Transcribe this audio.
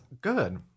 Good